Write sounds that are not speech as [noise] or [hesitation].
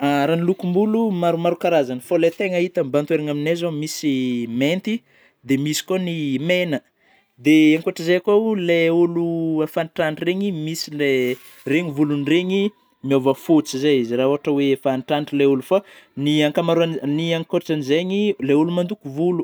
[hesitation] Raha ny lôkom-bolo maromaro karazany fa lay tena hita mibahan-toerana aminay zao misy mainty, dia misy koa ny mena de ankoatry zay koa ilay ôlô efa antitrantitry ireny misy le [noise] regny volondreigny miôva fotsy zay izy ,raha ôhatry oe efa antitrantitra lay ôlô fa ny ankoatriny ,ny ankoatr'izey lay ôlô mandoko volo.